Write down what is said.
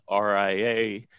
RIA